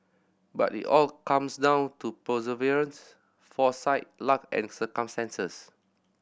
but it all comes down to perseverance foresight luck and circumstances